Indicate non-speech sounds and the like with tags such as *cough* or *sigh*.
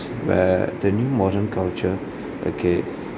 where the new modern culture *breath* okay